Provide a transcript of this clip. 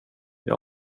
jag